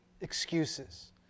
excuses